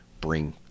bring